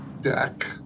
deck